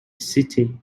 city